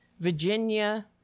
Virginia